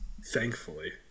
Thankfully